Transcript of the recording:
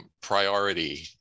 priority